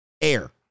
Air